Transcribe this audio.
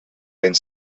vent